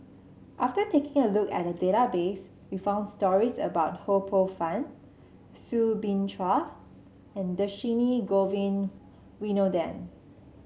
after taking a look at the database we found stories about Ho Poh Fun Soo Bin Chua and Dhershini Govin Winodan